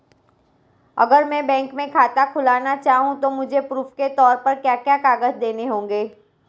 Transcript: अगर मैं बैंक में खाता खुलाना चाहूं तो मुझे प्रूफ़ के तौर पर क्या क्या कागज़ देने होंगे?